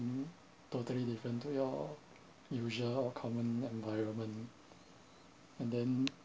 totally different to your usual or common environment and then